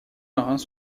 marins